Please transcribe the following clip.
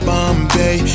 Bombay